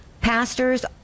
pastors